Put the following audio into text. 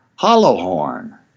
Hollowhorn